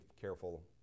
careful